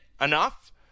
enough